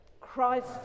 Christ